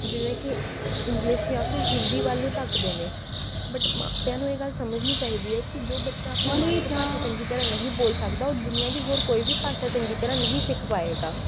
ਜਿਵੇਂ ਕਿ ਅ ਇੰਗਲਿਸ਼ ਜਾਂ ਫਿਰ ਹਿੰਦੀ ਵੱਲ ਨੂੰ ਧੱਕਦੇ ਨੇ ਬਟ ਮਾਪਿਆਂ ਨੂੰ ਇਹ ਗੱਲ ਸਮਝਣੀ ਚਾਹੀਦੀ ਹੈ ਕਿ ਜੋ ਬੱਚਾ ਆਪਣੀ ਮਾਤਰ ਭਾਸ਼ਾ ਚੰਗੀ ਤਰ੍ਹਾਂ ਨਹੀਂ ਬੋਲ ਸਕਦਾ ਉਹ ਦੁਨੀਆਂ ਦੀ ਹੋਰ ਕੋਈ ਵੀ ਭਾਸ਼ਾ ਚੰਗੀ ਤਰ੍ਹਾਂ ਨਹੀਂ ਸਿੱਖ ਪਾਏਗਾ